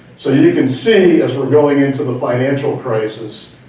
so you can see, as we're going into the financial crisis,